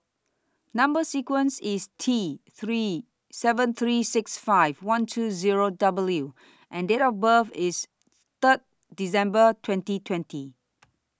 Number sequence IS T three seven three six five one two Zero W and Date of birth IS Third December twenty twenty